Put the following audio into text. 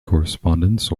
correspondence